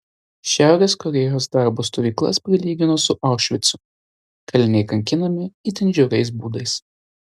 šiaurės korėjos darbo stovyklas palygino su aušvicu kaliniai kankinami itin žiauriais būdais